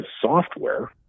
software